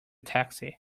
taxi